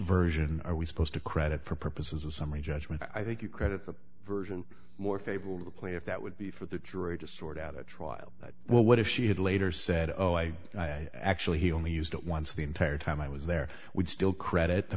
version are we supposed to credit for purposes of summary judgment i think you credit the version more favorable to the plaintiff that would be for the jury to sort out a trial that well what if she had later said oh i actually he only used it once the entire time i was there would still credit the